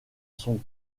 son